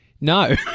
No